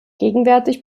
gegenwärtig